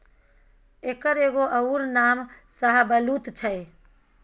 एकर एगो अउर नाम शाहबलुत छै